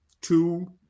two